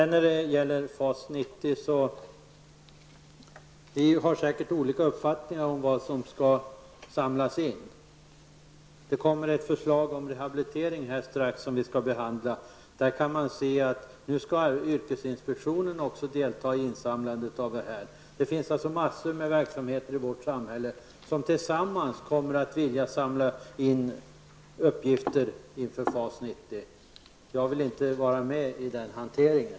När det gäller FAS 90 vill jag säga att vi säkert har olika uppfattningar om vad som skall samlas in. Strax kommer det upp till behandling ett förslag om rehabilitering. Där ser man att även yrkesinspektionen skall delta i insamlandet. Det finns alltså mängder med verksamheter i vårt samhälle som går ut på att man skall samla in uppgifter för FAS 90. Jag vill inte vara med om den hanteringen.